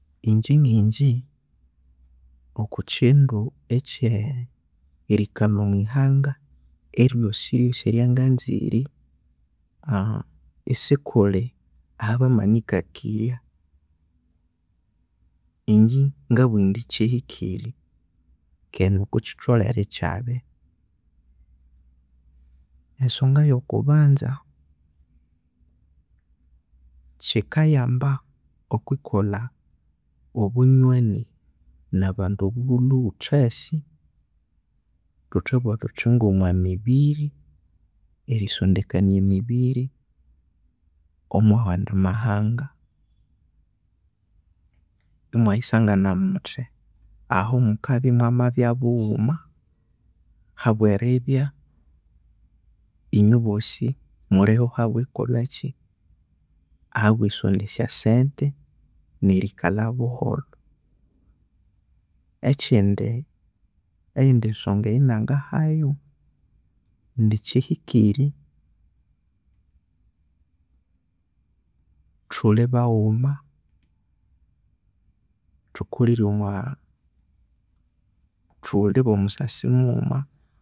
Igye ngi'ngye okwakindu ekyee erikalha omwihanga eryanganziri isikulhi ahabamanyikakirya ingye ngabugha indi kihikire keghe nikokitholhere ekyabya esonga eyo kububanza kikayamba okwikolha obunywani nabandu abawulhwe ghuthasi thuthabugha thuthi ngo mwa mibiri erisondekania emibiri omwa wandi mahanga imwayisangana muthi ahumukabya imwamabya bughuma habweribya inyweboosi muliho habwerisondya asyo sente nerikalha buholho ekindi eyindi songa eyanangahayu indi kihikiri thulhibaghuma thukalhiri omwa thulhibomusasi mughuma.